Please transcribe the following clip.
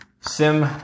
SIM